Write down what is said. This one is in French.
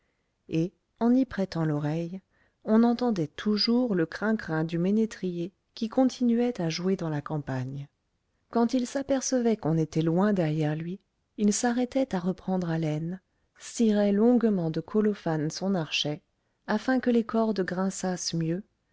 et en y prêtant l'oreille on entendait toujours le crin crin du ménétrier qui continuait à jouer dans la campagne quand il s'apercevait qu'on était loin derrière lui il s'arrêtait à reprendre haleine cirait longuement de colophane son archet afin que les cordes grinçassent mieux